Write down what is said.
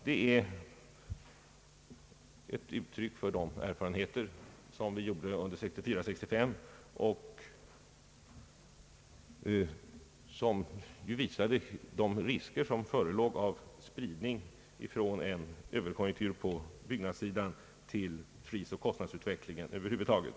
Det är ett uttryck för de erfarenheter som vi gjorde åren 1964 och 1965 och som visade de risker som finns att en överkonjunktur på byggnadssidan skall spridas till prisoch kostnadsutvecklingen över huvud taget.